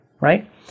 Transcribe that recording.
right